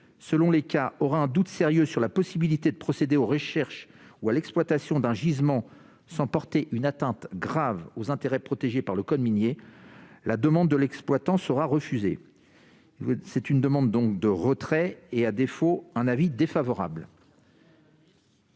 selon les cas, aura un doute sérieux sur la possibilité de procéder à la recherche ou à l'exploitation d'un gisement sans porter une atteinte grave aux intérêts protégés par le code minier, la demande de l'exploitant sera refusée. Je sollicite donc le retrait de ces amendements. À défaut,